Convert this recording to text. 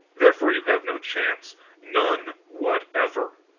therefore, you have no chance none whatever.